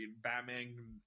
Batman